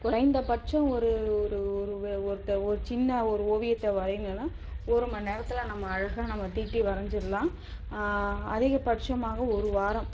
குறைந்தபட்சம் ஒரு ஒரு ஒரு வே ஒருத்த ஒரு சின்ன ஒரு ஓவியத்தை வரையணுன்னால் ஒரு மணி நேரத்தில் நம்ம அழகாக நம்ம தீட்டி வரைஞ்சிடலாம் அதிகபட்சமாக ஒரு வாரம்